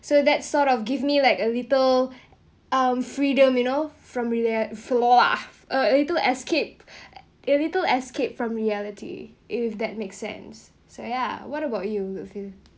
so that sort of give me like a little um freedom you know from flo~ lah uh a little escape a little escape from reality if that makes sense so ya what about you you feel